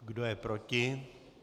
Kdo je proti?